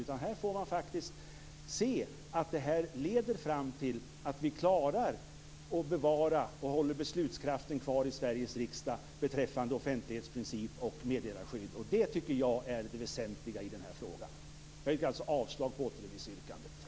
Man får faktiskt se att det här leder fram till att vi klarar att bevara och hålla beslutskraften kvar i Sveriges riksdag beträffande offentlighetsprincip och meddelarskydd. Det tycker jag är det väsentliga i den här frågan. Jag yrkar alltså avslag på återremissyrkandet.